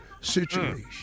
situation